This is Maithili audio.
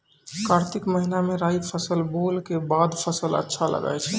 कार्तिक महीना मे राई फसल बोलऽ के बाद फसल अच्छा लगे छै